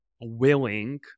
willing